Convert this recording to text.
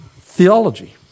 theology